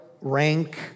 rank